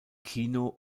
kino